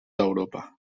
d’europa